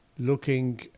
looking